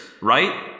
right